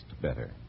better